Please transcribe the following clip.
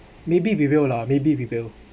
maybe we will lah maybe we will